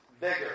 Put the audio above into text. bigger